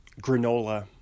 granola